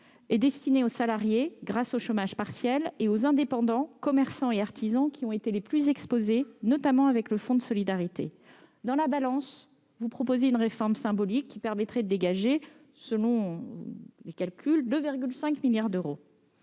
est destiné aux salariés grâce au chômage partiel et aux indépendants, commerçants et artisans qui ont été les plus exposés, notamment avec le fonds de solidarité. Dans la balance, vous proposez une réforme symbolique qui permettrait de dégager, selon les calculs, 2,5 milliards d'euros.